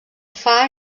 far